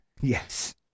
Yes